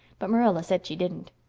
but marilla said she didn't.